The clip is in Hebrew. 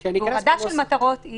מטרות, והורדה שלהן